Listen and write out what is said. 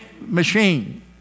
Machine